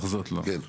לחזות, לא.